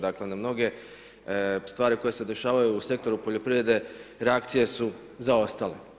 Dakle, na mnoge stvari koje se dešavaju u sektoru poljoprivrede reakcije su zaostale.